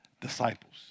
disciples